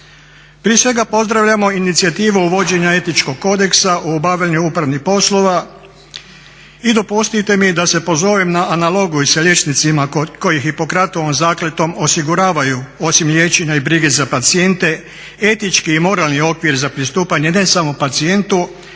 Prije svega pozdravljamo i inicijativu uvođenja etičkog kodeksa u obavljanju upravnih poslova. I dopustite mi da se pozovem na …/Govornik se ne razumije./… koji Hipokratovom zakletvom osiguravaju osim liječenja i brige za pacijente etički i moralni okvir za pristupanje ne samo pacijentu